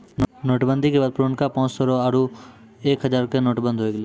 note बंदी के बाद पुरनका पांच सौ रो आरु एक हजारो के नोट बंद होय गेलै